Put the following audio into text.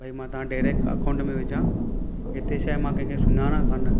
भाइ मां तव्हां डाइरेक्ट अकाउंट में विझां हिते छा आहे मां कहिंखे सुञाणा कोन्ह